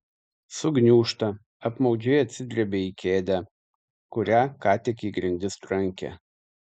sugniūžta apmaudžiai atsidrebia į kėdę kurią ką tik į grindis trankė